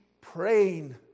praying